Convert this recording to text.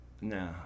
No